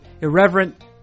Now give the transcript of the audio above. irreverent